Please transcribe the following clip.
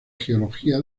geología